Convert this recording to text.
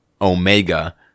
Omega